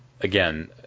again